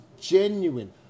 genuine